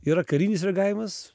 yra karinis reagavimas